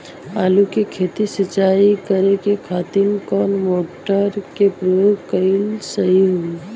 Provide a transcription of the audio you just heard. आलू के खेत सिंचाई करे के खातिर कौन मोटर के प्रयोग कएल सही होई?